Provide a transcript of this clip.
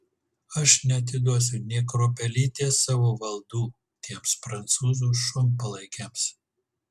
aš neatiduosiu nė kruopelytės savo valdų tiems prancūzų šunpalaikiams